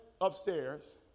upstairs